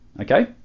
Okay